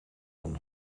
dan